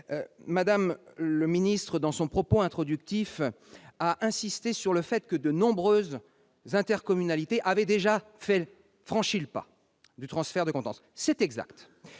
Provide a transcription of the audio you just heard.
Mme la ministre, dans son propos introductif, a insisté sur le fait que de nombreuses intercommunalités avaient déjà franchi le pas du transfert de compétences. C'est exact.